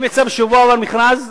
אם בשבוע שעבר יצא מכרז,